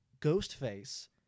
Ghostface